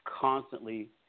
constantly